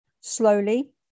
Slowly